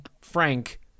Frank